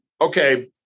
okay